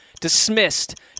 dismissed